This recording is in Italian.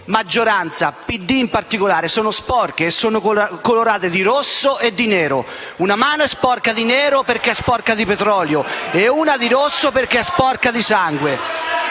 maggioranza, al PD in particolare - sono sporche e sono colorate di rosso e di nero. Una mano è sporca di nero perché è sporca di petrolio, l'altra di rosso perché è sporca di sangue.